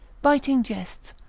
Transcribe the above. biting jests,